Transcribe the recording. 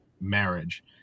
marriage